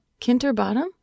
Kinterbottom